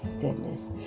goodness